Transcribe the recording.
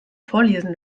vorlesen